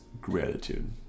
gratitude